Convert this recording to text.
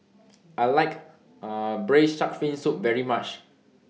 I like Braised Shark Fin Soup very much